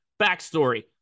backstory